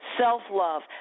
self-love